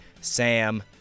Sam